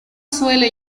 suele